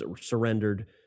surrendered